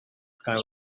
sky